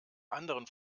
anderen